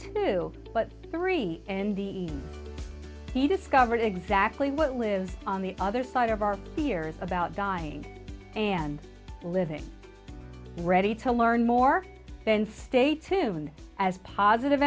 two but three and the he discovered exactly what lives on the other side of our fear about dying and living ready to learn more then state soon as positive